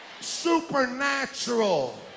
supernatural